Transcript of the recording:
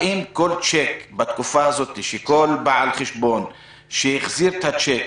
האם כל צ'ק בתקופה הזאת שכל בעל חשבון שהחזיר את הצ'ק,